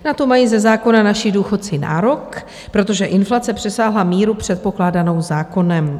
Na to mají ze zákona naši důchodci nárok, protože inflace přesáhla míru předpokládanou zákonem.